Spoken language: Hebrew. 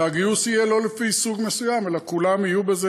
והגיוס יהיה לא לפי סוג מסוים אלא כולם יהיו בזה,